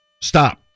Stop